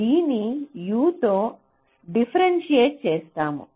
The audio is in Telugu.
D ని U తో డిఫరెన్స్ఎట్ చేస్తాము